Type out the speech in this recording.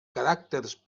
caràcters